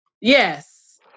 Yes